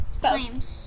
Flames